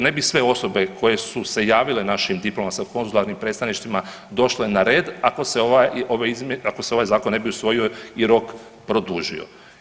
Ne bi sve osobe koje su se javile našim diplomatsko konzularnim predsjedništvima došle na red ako se ovaj zakon ne bi usvojio i rok produžio.